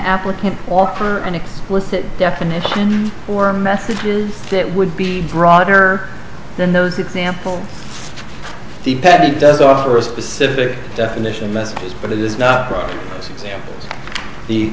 application offer an explicit definition for messages that would be broader than those example the patent does offer a specific definition messages but it is not the